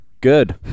Good